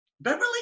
Beverly